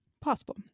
Possible